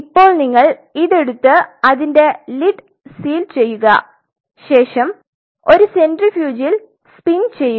ഇപ്പോൾ നിങ്ങൾ ഇത് എടുത്ത് അതിന്റെ ലീഡ് സീൽ ചെയുക ശേഷം ഒരു സെൻട്രിഫ്യൂജിൽ സ്പിൻ ചെയ്യുക